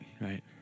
right